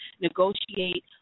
negotiate